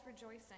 rejoicing